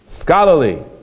scholarly